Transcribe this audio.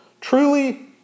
truly